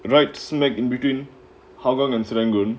the right smack in between hougang and serangoon